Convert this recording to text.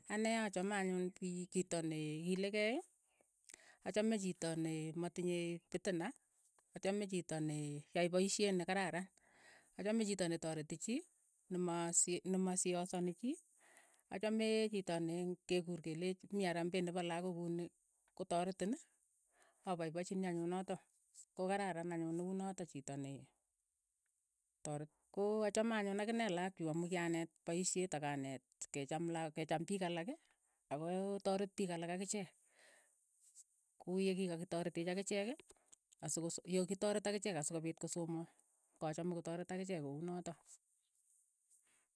Ane achame anyun chito ne ikilikei, achame chiito ne matinyei pitina achame chito ne yae paishet ne kararan, achame chito ne tareti chii, ne mo sii ne mo siasani chii, achame chito ne nge kuur ke leech mii arambee nepo lakook ko uni ko taretini apaipachini anyun notok, ko kararan anyun ne unotok chito ne tor ko achame anyun akine lakok chuk amu kyaneet paishet ak anet ke chaam lak ke cham piik alak, ako taret piik alak akicheek, ko uu yekikakitaretech akichek asokoso ye kitaret akichek aso kopit kosomon, achame kotareet akichek ko unotok.